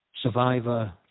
survivor